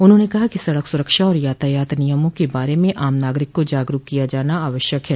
उन्होंने कहा कि सड़क सुरक्षा और यातायात नियमों के बारे में आम नागरिक को जागरूक किया जाना आवश्यक है